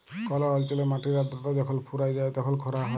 call অল্চলে মাটির আদ্রতা যখল ফুরাঁয় যায় তখল খরা হ্যয়